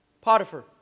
Potiphar